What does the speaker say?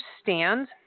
understand